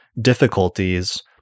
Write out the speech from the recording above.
difficulties